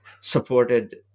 supported